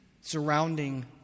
surrounding